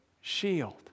shield